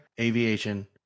aviation